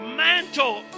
mantle